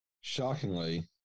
shockingly